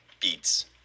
beats